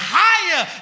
higher